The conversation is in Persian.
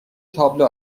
تابلو